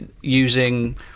using